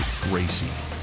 Gracie